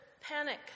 panic